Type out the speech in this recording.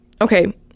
okay